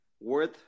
worth